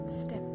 step